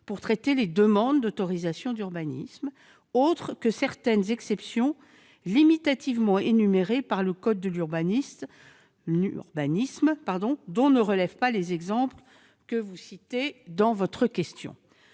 pour traiter les demandes d'autorisation d'urbanisme autres que certaines exceptions, limitativement énumérées par le code de l'urbanisme et dont ne relèvent pas les exemples que vous citez. Le refus